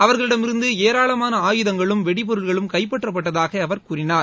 அவர்களிடமிருந்து ஏராளமான ஆயுதங்களும் வெடிப் பொருட்களும் கைப்பற்றப்பட்டதாக அவர் கூறினார்